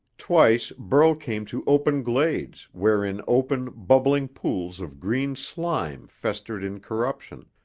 twice burl came to open glades wherein open, bubbling pools of green slime festered in corruption,